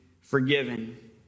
forgiven